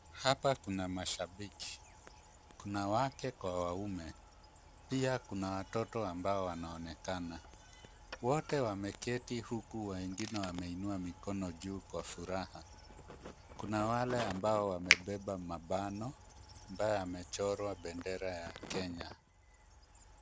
Hapa kuna mashabiki, wanawake kwa waume. Pia kuna watoto ambao wanaonekana. Wote wameketi huku wengine wameinua mikono juu kwa furaha. Kuna wale ambao wamebeba mabano ambayo yamechorwa bendera ya Kenya.